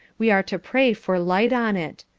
we are to pray for light on it.